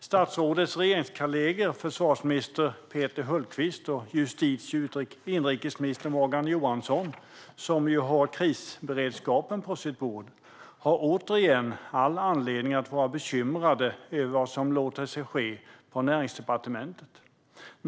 Statsrådets regeringskollegor, försvarsminister Peter Hultqvist och justitie och inrikesminister Morgan Johansson, som har krisberedskapen på sitt bord, har åter all anledning att vara bekymrade över vad som händer på Näringsdepartementet.